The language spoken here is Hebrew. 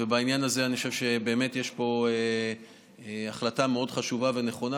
ובעניין הזה אני חושב שבאמת יש פה החלטה מאוד חשובה ונכונה,